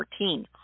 14